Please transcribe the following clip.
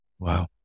Wow